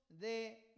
De